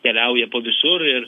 keliauja po visur ir